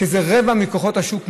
שזה רבע מכוחות השוק,